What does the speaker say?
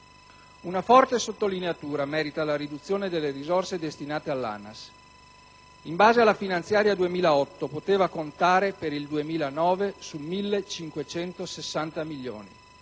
Una forte sottolineatura merita la riduzione delle risorse destinate all'ANAS che, in base alla legge finanziaria per il 2008, poteva contare per il 2009 su 1.560 milioni;